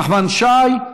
נחמן שי,